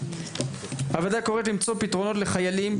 הוועדה קוראת למצוא פתרונות לחיילים,